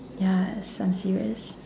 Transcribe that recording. ya s~ I'm serious